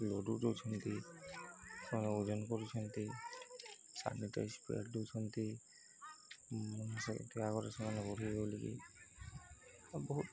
ଦେଉଛନ୍ତି ସେମାନେ ଓଜନ କରୁଛନ୍ତି ସାନିଟାଇଜ୍ ପେଡ୍ ଦେଉଛନ୍ତି ସେଠି ଆଗରେ ସେମାନେ ବଢ଼େଇ ବୋଲି